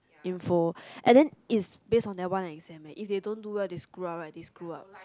info and then it's based on that one exam eh if they don't do well they screw up right they screw up